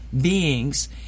beings